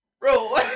bro